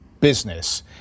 business